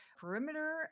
perimeter